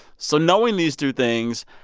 so knowing these two things,